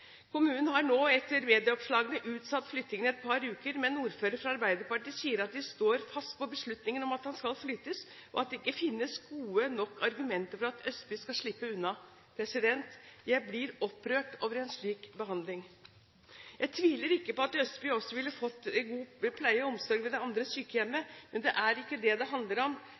Kommunen har nå, etter medieoppslagene, utsatt flyttingen et par uker, men ordføreren fra Arbeiderpartiet sier at de står fast på beslutningen om at han skal flyttes, og at det ikke finnes gode nok argumenter for at Østby skal slippe unna. Jeg blir opprørt over en slik behandling. Jeg tviler ikke på at Østby også ville fått god pleie og omsorg ved det andre sykehjemmet, men det er ikke det det handler om.